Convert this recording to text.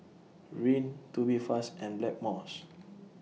Rene Tubifast and Blackmores